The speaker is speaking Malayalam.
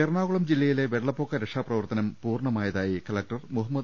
എറണാകുളം ജില്ലയിലെ വെള്ളപ്പൊക്ക രക്ഷാപ്രവർത്തനം പൂർണമായതായി കലക്ടർ മുഹമ്മദ്